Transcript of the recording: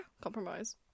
compromise